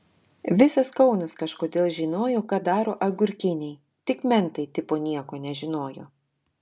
visas kaunas kažkodėl žinojo ką daro agurkiniai tik mentai tipo nieko nežinojo